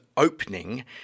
opening